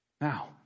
Now